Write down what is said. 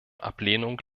ablehnung